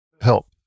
help